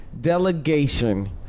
Delegation